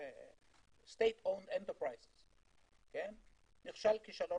state owned enterprise נכשל כישלון